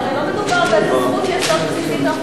הרי לא מדובר באיזו זכות יסוד בסיסית,